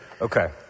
Okay